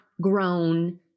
grown